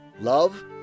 love